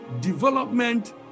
development